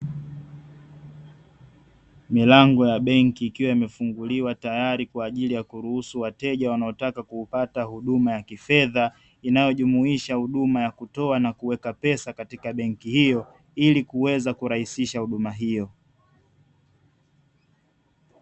Milango ya benki ikiwa imefunguliwa tayari kwa ajili ya kuruhusu wateja wanaotaka kupata huduma ya kifedha, inayojumuisha huduma ya kutoa na kuweka pesa katika benki hiyo, ili kuweza kurahisisha huduma hiyo.